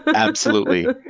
absolutely,